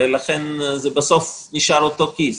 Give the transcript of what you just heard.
בסוף זה נשאר אותו כיס,